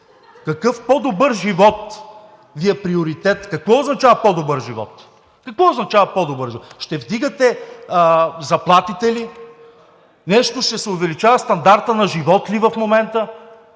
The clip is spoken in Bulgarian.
означава по добър живот? Какво означава по-добър живот? Ще вдигате заплатите ли, нещо ще се увеличава стандартът на живот ли в момента?